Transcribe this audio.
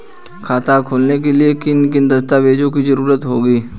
खाता खोलने के लिए किन किन दस्तावेजों की जरूरत होगी?